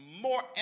more